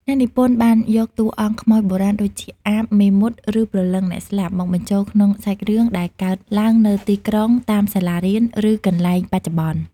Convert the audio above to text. អ្នកនិពន្ធបានយកតួអង្គខ្មោចបុរាណដូចជា អាប មេមត់ ឬព្រលឹងអ្នកស្លាប់ មកបញ្ចូលក្នុងសាច់រឿងដែលកើតឡើងនៅទីក្រុង តាមសាលារៀន ឬកន្លែងបច្ចុប្បន្ន។